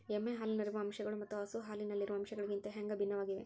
ಎಮ್ಮೆ ಹಾಲಿನಲ್ಲಿರುವ ಅಂಶಗಳು ಮತ್ತ ಹಸು ಹಾಲಿನಲ್ಲಿರುವ ಅಂಶಗಳಿಗಿಂತ ಹ್ಯಾಂಗ ಭಿನ್ನವಾಗಿವೆ?